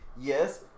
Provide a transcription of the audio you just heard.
Yes